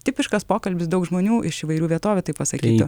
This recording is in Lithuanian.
tipiškas pokalbis daug žmonių iš įvairių vietovių tai pasakytų